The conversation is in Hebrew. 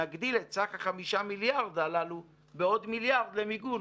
נגדיל את סך ה-5 מיליארד הללו בעוד מיליארד למיגון.